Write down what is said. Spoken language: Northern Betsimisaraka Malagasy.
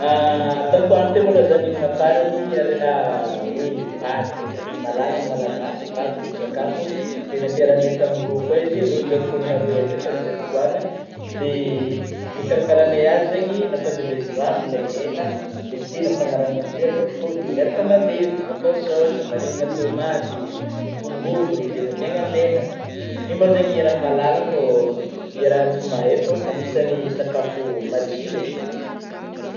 Tamin'ny faragny teo malo zah nihinana farany oe vary, iaraha mahalala ny Malagasy vary foton_tsakafo, dia nampiarahagnay tamin'ny ro koa izy eh, ro agna zarikô niharo hena zay tamin'izay fotoagna, de nikarakaraignay azy zagny, nampandevezin-drano le hena, de avy teo nampanarahigna amin'zay zarikô, de miaraka mandevy atô sôsy, amarignina tômaty, tongolo de namiegna menaka, io moa zagny iaraha-malala fô hiarahantsika mahay fô sakafo matsiro eh.